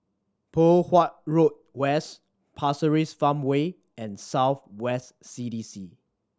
Poh Huat Road West Pasir Ris Farmway and South West C D C